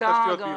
קופת חולים כללית.